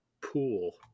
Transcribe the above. pool